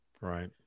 Right